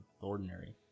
ordinary